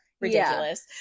Ridiculous